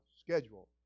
schedule